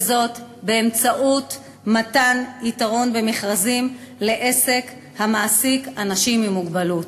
וזאת באמצעות מתן יתרון במכרזים לעסק המעסיק אנשים עם מוגבלות.